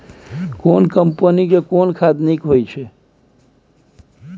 केना कंपनी के केना खाद नीक होय छै?